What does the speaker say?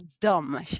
dumb